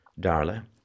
Darla